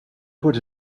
put